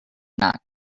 not